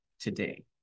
today